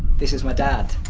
this is my dad!